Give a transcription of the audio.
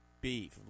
beef